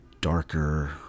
darker